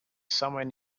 somewhere